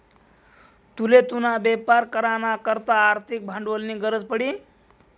तुले तुना बेपार करा ना करता आर्थिक भांडवलनी गरज पडी